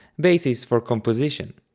basis for composition.